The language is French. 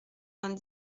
vingt